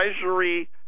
Treasury